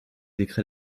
décrets